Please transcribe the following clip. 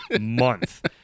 month